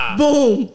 boom